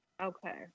Okay